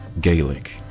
gaelic